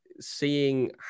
seeing